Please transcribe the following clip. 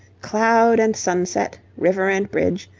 cloud and sunset, river and bridge,